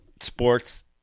sports